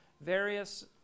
various